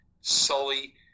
Sully